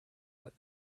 what